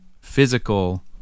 physical